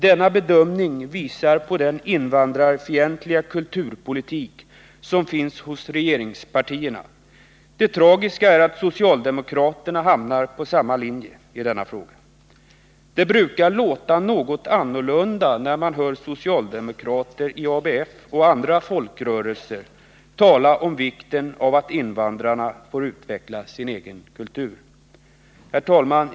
Denna bedömning belyser regeringspartiernas invandrarfientliga kulturpolitik. Det tragiska är att socialdemokraterna hamnar på samma linje i denna fråga. Det brukar låta något annorlunda när man hör socialdemokrater i ABF och andra folkrörelser tala om vikten av att invandrarna får utveckla sin egen kultur. Herr talman!